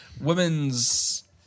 women's